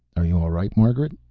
are you all right, margaret?